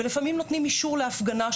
ולפעמים נותנים אישור להפגנה,